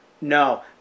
No